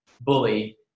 bully